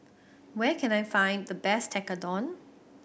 where can I find the best Tekkadon